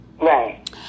Right